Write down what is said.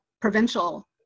provincial